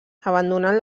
abandonant